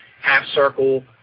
half-circle